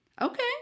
Okay